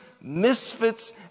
misfits